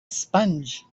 sponge